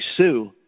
Sue